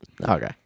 Okay